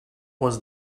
was